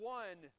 one